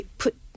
put